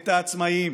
את העצמאים,